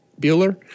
Bueller